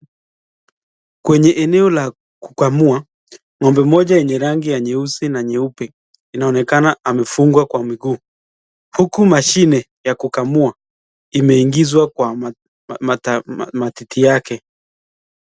Kwenye eneo la kukamua, ng'ombe mmoja yenye rangi ya nyeusi na nyeupe inaonekana amefungwa kwa miguu, huku mashine ya kukamua imeingizwa kwa matiti yake.